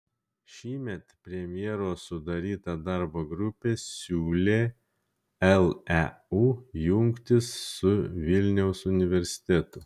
šįmet premjero sudaryta darbo grupė siūlė leu jungtis su vilniaus universitetu